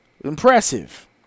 Impressive